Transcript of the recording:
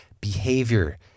behavior